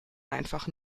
einfach